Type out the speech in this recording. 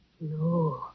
No